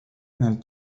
nel